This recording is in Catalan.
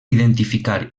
identificar